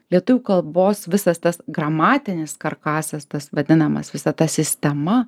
lietuvių kalbos visas tas gramatinis karkasas tas vadinamas visa ta sistema